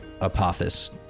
Apophis